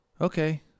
okay